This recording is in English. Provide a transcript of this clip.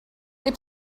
they